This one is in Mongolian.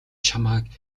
чамайг